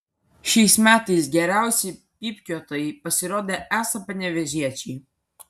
šiais metais geriausi pypkiuotojai pasirodė esą panevėžiečiai